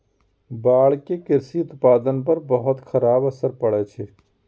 बाढ़ि के कृषि उत्पादन पर बहुत खराब असर पड़ै छै